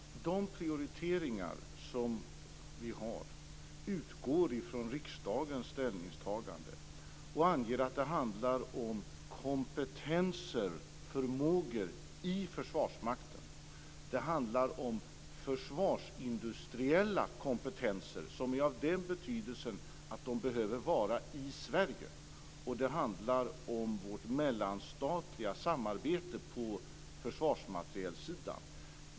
Fru talman! De prioriteringar vi har utgår från riksdagens ställningstagande. De anger att det handlar om kompetenser och förmågor i Försvarsmakten, om försvarsindustriella kompetenser som är av den betydelsen att de behöver vara i Sverige och om vårt mellanstatliga samarbete på försvarsmaterielsidan.